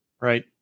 right